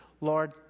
Lord